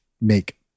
make